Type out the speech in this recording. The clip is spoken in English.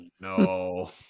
no